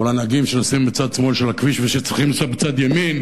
אבל הנהגים שנוסעים בצד שמאל של הכביש ושצריכים לנסוע בצד ימין